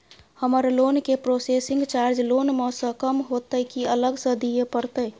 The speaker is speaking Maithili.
हमर लोन के प्रोसेसिंग चार्ज लोन म स कम होतै की अलग स दिए परतै?